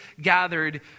gathered